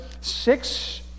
six